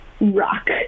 rock